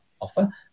offer